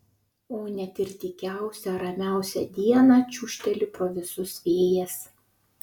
o net ir tykiausią ramiausią dieną čiūžteli pro visus vėjas